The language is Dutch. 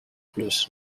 plus